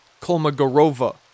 Kolmogorova